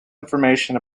information